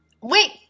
Wait